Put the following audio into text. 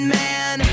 man